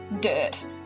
dirt